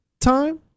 time